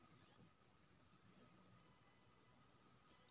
पैसा भेजबाक वाला फारम केना छिए?